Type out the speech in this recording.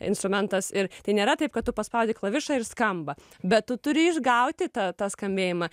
instrumentas ir tai nėra taip kad tu paspaudi klavišą ir skamba bet tu turi išgauti tą tą skambėjimą